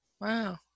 Wow